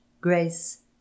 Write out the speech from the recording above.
grace